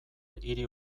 hiri